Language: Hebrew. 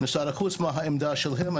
משרד החוץ מה העמדה שלהם,